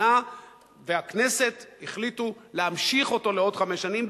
המדינה והכנסת החליטו להמשיך אותו לעוד חמש שנים,